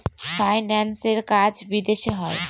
ফাইন্যান্সের কাজ বিদেশে হয়